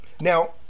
Now